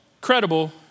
credible